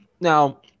Now